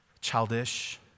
childish